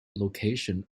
location